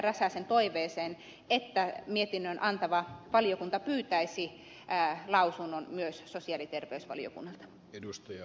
räsäsen toiveeseen että mietinnön antava valiokunta pyytäisi lausunnon myös sosiaali ja terveysvaliokunnalta